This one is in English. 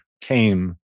came